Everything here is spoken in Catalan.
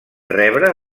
rebre